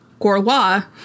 Gorwa